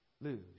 lose